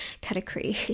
category